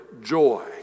joy